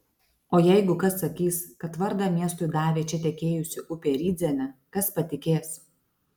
o jeigu kas sakys kad vardą miestui davė čia tekėjusi upė rydzene kas patikės